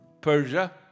Persia